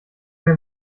mir